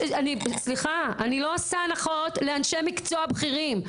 סליחה, אני לא עושה הנחות לאנשי מקצוע בכירים.